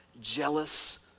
jealous